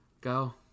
Go